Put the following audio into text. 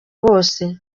bose